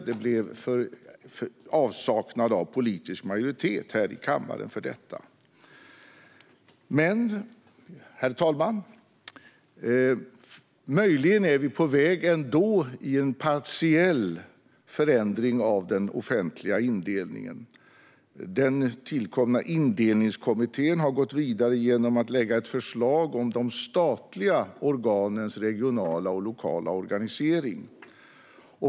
Det blev avsaknad av politisk majoritet här i kammaren för detta. Men, herr talman, möjligen är vi ändå på väg mot en partiell förändring av den offentliga indelningen. Den tillkomna Indelningskommittén har gått vidare genom att lägga fram ett förslag om de statliga organens regionala och lokala organisering.